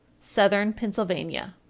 southern pennsylvania.